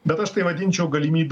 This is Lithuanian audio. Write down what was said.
bet aš tai vadinčiau galimybių